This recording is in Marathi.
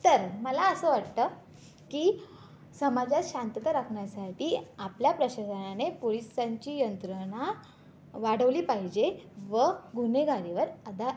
तर मला असं वाटतं की समाजात शांतता राखण्यासाठी आपल्या प्रशासनाने पोलिसांची यंत्रणा वाढवली पाहिजे व गुन्हेगारीवर अदा